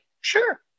sure